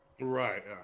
Right